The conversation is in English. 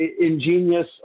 ingenious